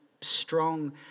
strong